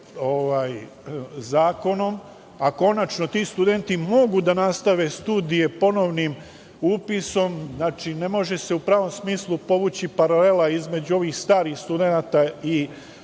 zakonom, a konačno ti studenti mogu da nastave studije ponovnim upisom, znači, ne može se u pravom smislu povući paralela između ovih starih studenata i ovih